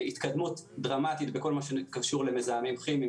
התקדמות דרמטית בכל מה שקשור למזהמים כימיים,